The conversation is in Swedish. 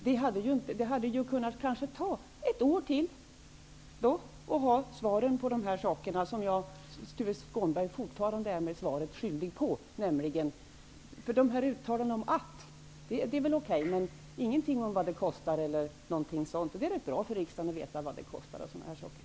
Det hade kanske kunnat ta ett år. Då skulle man få svar på de frågor som Tuve Skånberg nu fortfarande är mig svaret skyldig på. Uttalandena om att man skall göra något är okej, men det sägs ingenting om vad det kostar. Det vore ganska bra för riksdagen att t.ex. få veta vad det kostar.